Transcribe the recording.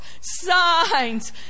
signs